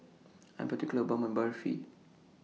I Am particular about My Barfi